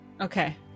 Okay